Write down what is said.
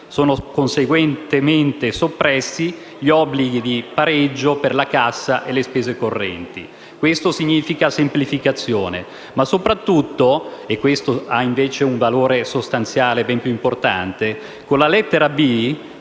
Sono conseguentemente soppressi gli obblighi di pareggio per la cassa e le spese correnti: questo significa semplificazione. Ma soprattutto - questo ha invece un valore sostanziale ben più importante - con la lettera *b)*